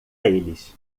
eles